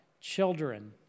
children